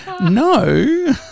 no